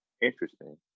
interesting